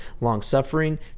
long-suffering